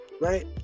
right